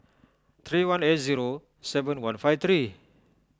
three one eight zero seven one five three